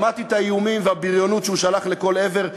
שמעתי את האיומים והבריונות שהוא שלח לכל עבר,